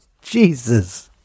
jesus